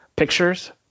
pictures